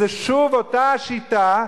זו שוב אותה שיטה,